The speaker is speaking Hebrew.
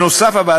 נוסף על כך,